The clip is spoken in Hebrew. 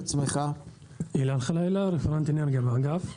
הלאל חלילה, רפרנט אנרגיה באגף.